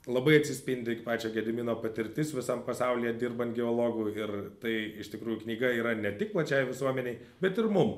labai atsispindi pačio gedimino patirtis visam pasaulyje dirbant geologu ir tai iš tikrųjų knyga yra ne tik plačiai visuomenei bet ir mum